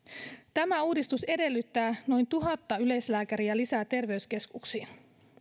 tämä uudistus edellyttää noin tuhatta yleislääkäriä lisää terveyskeskuksiin